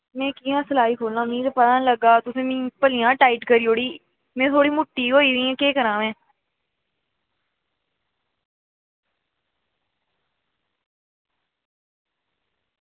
में कियां सिलाई खोल्लां मिगी पता निं लग्गा दा ते तुसें मीं भलेआं टाईट करी ओड़ी में थोह्ड़ी मुट्टी होई दी केह् करांऽ में